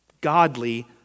godly